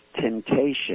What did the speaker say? temptation